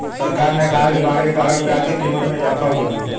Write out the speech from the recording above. सरकार ने कहा कि बाढ़ के कारण प्याज़ की क़ीमत में इजाफ़ा हुआ है